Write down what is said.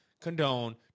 condone